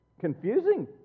confusing